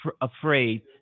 afraid